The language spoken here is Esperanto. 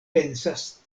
pensas